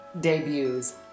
debuts